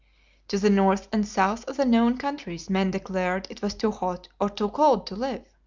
to the north and south of the known countries men declared it was too hot or too cold to live.